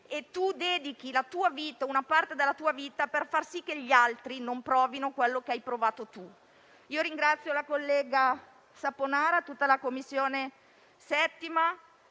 la tua vita, una parte della tua vita, per far sì che gli altri non provino quello che hai provato tu. Ringrazio la collega Saponara, tutta la 7a Commissione e il